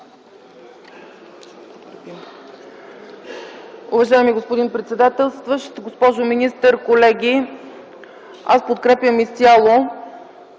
Уважаеми господин председателстващ, госпожо министър, колеги! Аз подкрепям изцяло